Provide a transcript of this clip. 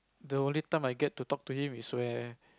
the only time I get to talk to him is when